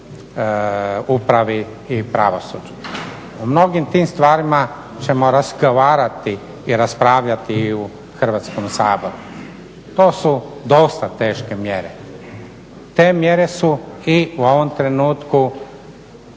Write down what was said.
O mnogim tim stvarima ćemo razgovarati i raspravljati i u Hrvatskom saboru. To su dosta teške mjere. Te mjere su i u ovom trenutku